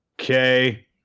Okay